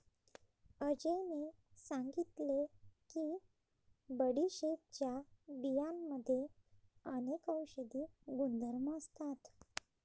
अजयने सांगितले की बडीशेपच्या बियांमध्ये अनेक औषधी गुणधर्म असतात